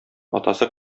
атасы